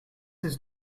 his